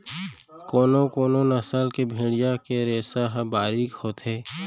कोनो कोनो नसल के भेड़िया के रेसा ह बारीक होथे